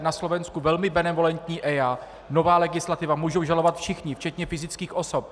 Na Slovensku velmi benevolentní EIA, nová legislativa, můžou žalovat všichni včetně fyzických osob.